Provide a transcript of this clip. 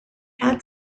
had